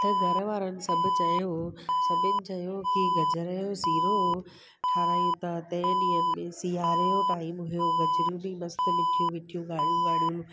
त घर वारनि सभु चयो सभिनी चयो की गजर जो सीरो ठारिहायूं था तंहिं ॾींहंनि में सियारे जो टाइम हुओ गजरियूं बि मस्तु मिठियूं मिठियूं ॻाढ़ियूं ॻाढ़ियूं